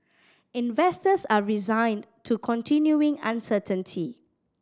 investors are resigned to continuing uncertainty